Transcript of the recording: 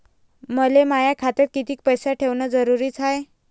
मले माया खात्यात कितीक पैसे ठेवण जरुरीच हाय?